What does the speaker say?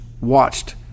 watched